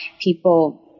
people